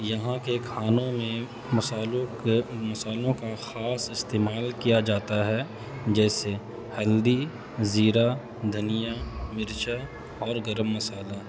یہاں کے کھانوں میں مصالحوں کے مصالحوں کا خاص استعمال کیا جاتا ہے جیسے ہلدی زیرہ دھنیا مرچا اور گرم مصالحہ